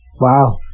Wow